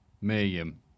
Miriam